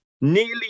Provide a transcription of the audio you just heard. nearly